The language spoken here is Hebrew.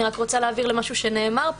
אני רוצה להבהיר לפרוטוקול,